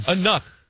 enough